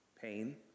pain